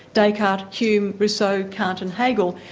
descartes, hume, rousseau, kant and hegel,